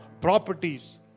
properties